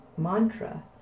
mantra